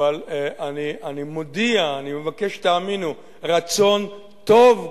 אבל אני מודיע, אני מבקש שתאמינו: רצון טוב קיים.